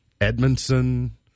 Edmondson